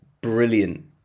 brilliant